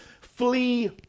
flee